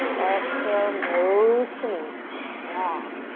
exhale, nose to knee, strong.